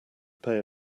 pay